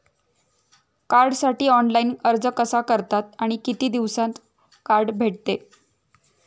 कार्डसाठी ऑनलाइन अर्ज कसा करतात आणि किती दिवसांत कार्ड भेटते?